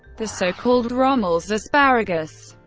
the so-called rommel's asparagus.